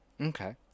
Okay